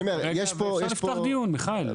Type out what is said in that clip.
אפשר לפתוח דיון, מיכאל.